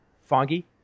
foggy